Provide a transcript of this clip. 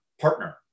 partner